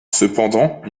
cependant